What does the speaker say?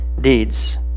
deeds